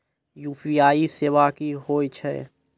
UPI सेवा की होय छै?